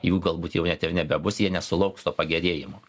jų galbūt jau net ir nebebus jie nesulauks to pagerėjimo